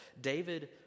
David